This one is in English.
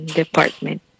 department